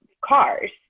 cars